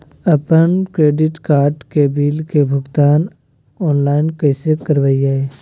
अपन credit card के bill के भुगतान ऑनलाइन कैसे करबैय?